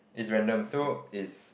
is random so is